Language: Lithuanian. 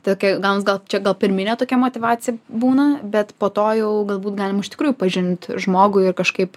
tokia jau gaunas gal čia gal pirmine tokia motyvacija būna bet po to jau galbūt galima iš tikrųjų pažint žmogų ir kažkaip